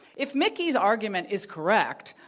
if mickey's argument is correct,